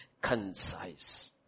concise